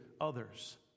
others